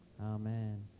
Amen